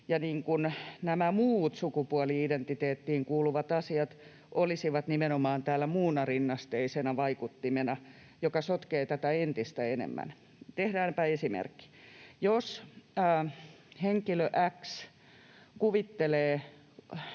nämä muut sukupuoli-identiteettiin kuuluvat asiat olisivat nimenomaan täällä muuna rinnasteisena vaikuttimena, mikä sotkee tätä entistä enemmän. Tehdäänpä esimerkki: Jos henkilö x tekee